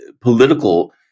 political